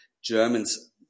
Germans